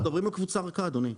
אנחנו מדברים על קבוצה ריקה אדוני.